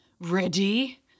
Ready